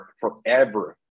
forever